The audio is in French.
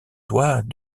toits